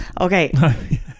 Okay